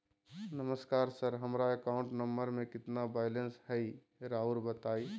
नमस्कार सर हमरा account number में कितना बैलेंस हेई राहुर बताई?